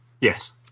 Yes